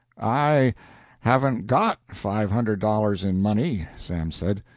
i haven't got five hundred dollars in money, sam said.